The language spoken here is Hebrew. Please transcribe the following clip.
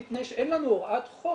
מפני שאין לנו הוראת חוק